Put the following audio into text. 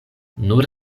nur